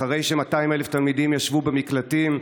אחרי ש-200,000 תלמידים ישבו במקלטים,